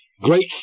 Great